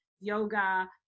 yoga